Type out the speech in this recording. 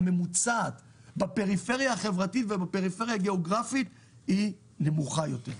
הממוצעת בפריפריה החברתית ובפריפריה הגיאוגרפית היא נמוכה יותר.